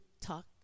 talk